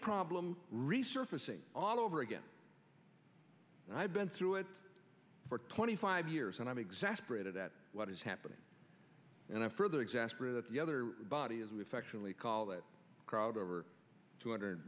problem resurfacing all over again and i've been through it for twenty five years and i'm exasperated at what is happening and i further exasperate that the other body as we affectionately call that crowd over two hundred